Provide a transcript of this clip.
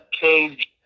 cage